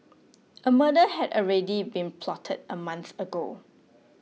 a murder had already been plotted a month ago